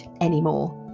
anymore